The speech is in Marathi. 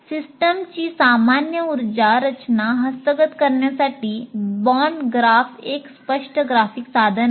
सिस्टमची सामान्य उर्जा रचना हस्तगत करण्यासाठी बॉन्ड ग्राफ एक स्पष्ट ग्राफिक साधन आहे